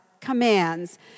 commands